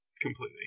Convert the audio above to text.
completely